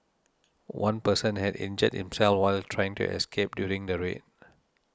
one person had injured himself while trying to escape during the raid